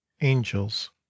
Angels